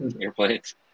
Airplanes